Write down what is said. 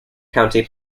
county